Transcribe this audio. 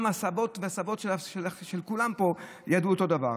גם הסבים והסבתות של כולם פה ידעו אותו דבר.